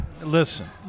listen